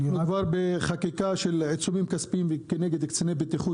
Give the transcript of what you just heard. אנחנו כבר בחקיקה של עיצומים כספיים כנגד קציני בטיחות